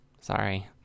Sorry